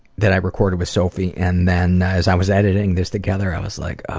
that i recorded with sophie and then as i was editing this together i was like oh